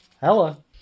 Hello